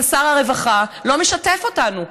אבל שר הרווחה לא משתף אותנו,